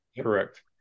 Correct